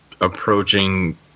approaching